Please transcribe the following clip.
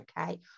okay